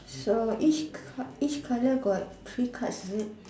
so each card each colour got three cards is it